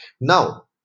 now